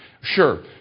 Sure